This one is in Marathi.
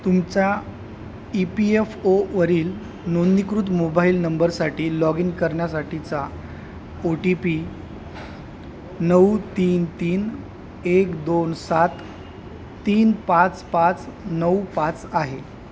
तुमच्या ई पी एफ ओवरील नोंदणीकृत मोबाईल नंबरसाठी लॉग इन करण्यासाठीचा ओ टी पी नऊ तीन तीन एक दोन सात तीन पाच पाच नऊ पाच आहे